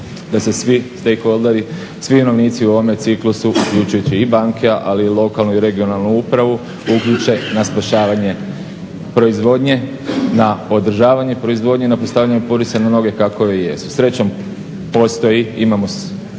da se svi stakeholderi svi … u ovome ciklusu uključujući i banke ali i lokalnu i regionalnu upravu uključe na spašavanje proizvodnje, na održavanje proizvodnje, na postavljanje Purisa na noge kako i jesu. Srećom postoji imamo